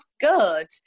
good